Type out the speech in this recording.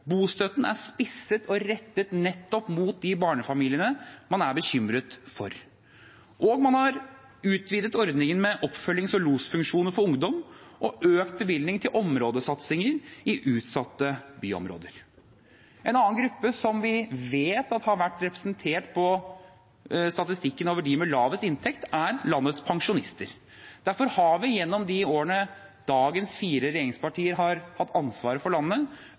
bostøtten er spisset og rettet nettopp mot de barnefamiliene man er bekymret for, og man har utvidet ordningen med oppfølgings- og losfunksjoner for ungdom og økt bevilgningen til områdesatsinger i utsatte byområder. En annen gruppe som vi vet har vært representert på statistikken over dem med lavest inntekt, er landets pensjonister. Derfor har vi gjennom de årene dagens fire regjeringspartier har hatt ansvaret for landet,